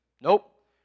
Nope